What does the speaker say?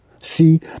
See